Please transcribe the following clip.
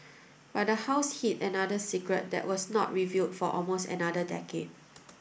but the house hid another secret that was not revealed for almost another decade